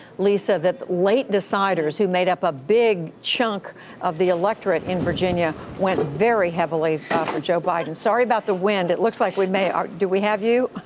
lisa, that late-deciders, who made up a big chunk of the electorate in virginia, went very heavily ah for joe biden. sorry about the wind. it looks like we may do we have you?